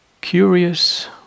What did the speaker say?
curious